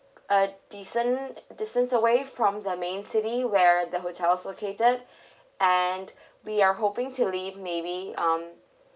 uh decent distance away from the main city where the hotel located and we are hoping to leave maybe um